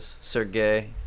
Sergey